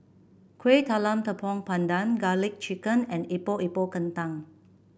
Kueh Talam Tepong Pandan garlic chicken and Epok Epok Kentang